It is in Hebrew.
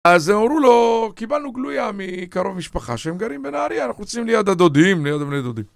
אז הם אמרו לו, קיבלנו גלויה מקרוב משפחה שהם גרים בנהריה, אנחנו רוצים ליד הדודים, ליד הבני דודים.